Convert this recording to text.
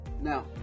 Now